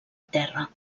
terra